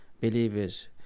believers